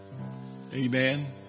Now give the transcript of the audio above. Amen